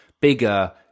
bigger